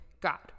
God